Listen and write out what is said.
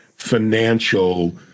financial